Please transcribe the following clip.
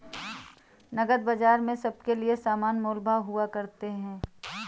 नकद बाजार में सबके लिये समान मोल भाव हुआ करते हैं